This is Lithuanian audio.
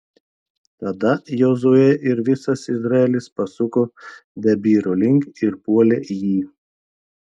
tada jozuė ir visas izraelis pasuko debyro link ir puolė jį